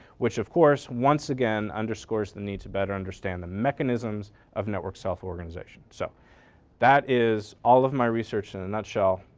which of course once again underscores the need to better understand the mechanisms of network self-organization. so that is all of my research in a and nutshell.